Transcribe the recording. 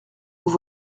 vous